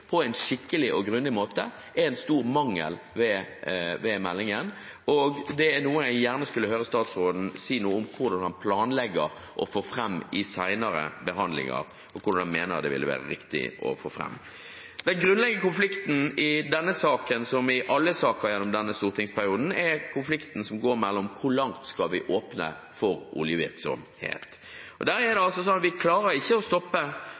på en skikkelig og grundig måte, er en stor mangel ved meldingen. Jeg skulle gjerne høre statsråden si noe om hvordan han planlegger å få dette fram i senere behandlinger, og hvor han mener det er riktig å få det fram. Den grunnleggende konflikten i denne saken, som i alle saker gjennom denne stortingsperioden, er konflikten om hvor mye vi skal åpne for oljevirksomhet. Vi klarer ikke å stoppe